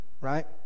right